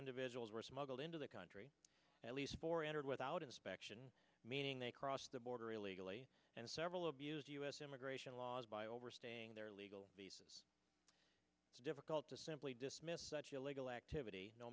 individuals were smuggled into the country at least for entered without inspection meaning they crossed the border illegally and several of us u s immigration laws by overstaying their legal visas it's difficult to simply dismiss such illegal activity no